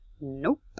Nope